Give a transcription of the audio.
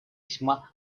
весьма